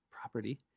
property